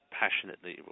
passionately